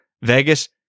Vegas